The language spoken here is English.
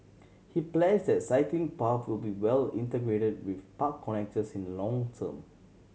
he pledged that cycling paths will be well integrated with park connectors in the long term